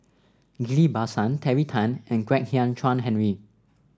Ghillie Basan Terry Tan and Kwek Hian Chuan Henry